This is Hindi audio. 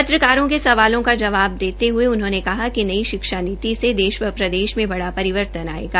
पत्रकारों के सवालों का जवाब देते हये उन्होंने कहा कि नई शिक्षा नीति से देश व प्रदेश में बड़ा परिवर्तन आयेगा